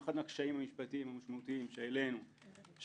אחד הקשיים המשפטיים המשמעותיים שהעלינו.